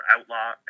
Outlaw